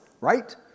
right